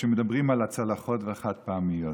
כשמדברים על הצלחות החד-פעמיות,